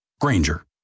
Granger